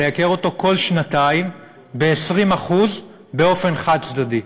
לייקר אותו כל שנתיים ב-20% באופן חד-צדדי.